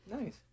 Nice